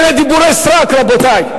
אלה דיבורי סרק, רבותי.